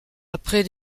après